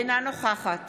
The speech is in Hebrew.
אינה נוכחת